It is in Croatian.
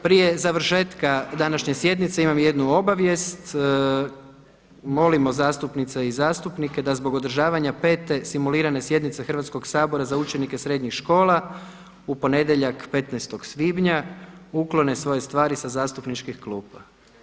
Prije završetka današnje sjednice imam jednu obavijest, molimo zastupnice i zastupnike da zbog održavanja 5. simulirane sjednice Hrvatskog sabora za učenike srednjih škola u ponedjeljak 15. svibnja uklone svoje stvari sa zastupničkih klupa.